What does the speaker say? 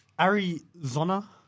Arizona